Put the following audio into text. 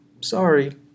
sorry